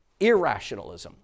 irrationalism